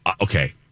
okay